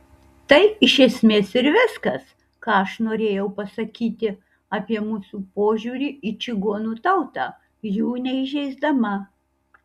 tai iš esmės ir viskas ką aš norėjau pasakyti apie mūsų požiūrį į čigonų tautą jų neįžeisdama